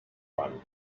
run